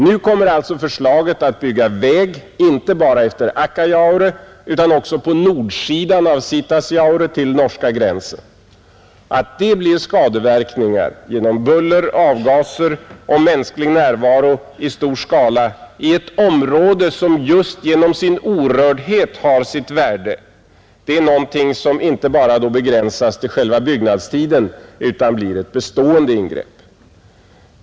Nu kommer alltså förslaget att bygga väg inte bara efter Akkajaure utan också på nordsidan av Sitasjaure till norska gränsen, Skadeverkningar genom buller, avgaser och mänsklig närvaro i stor skala i ett område som just genom sin orördhet har sitt värde, det är någonting som inte bara begränsas till själva byggnadstiden utan blir ett bestående ingrepp.